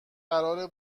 قراره